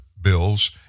bills